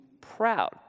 proud